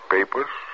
Papers